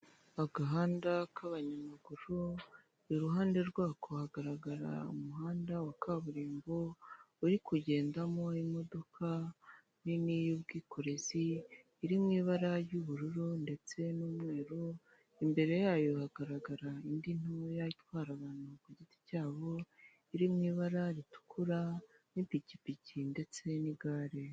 Agahanda k'abanyamaguru iruhande rwako hagara umuhanda wa kaburimbo uri kugendamo imodoka nini y'ubwikorezi iri mu ibara ry'ubururu ndetse n'umweru imbere yayo hagaragara indi ntoya itwara abantu ku giti cyabo iri mu ibara ritukura n'ipikipiki ndetse n'igare.